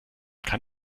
kann